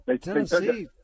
Tennessee